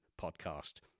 Podcast